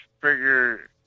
figure